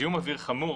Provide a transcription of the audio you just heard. זיהום אוויר חמור,